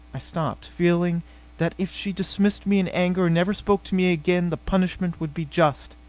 i stopped, feeling that if she dismissed me in anger and never spoke to me again the punishment would be just.